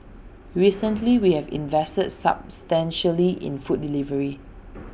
recently we have invested substantially in food delivery